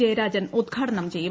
ജയരാജൻ ഉദ്ഘാടനം ചെയ്യും